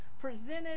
presented